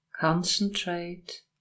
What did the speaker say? Concentrate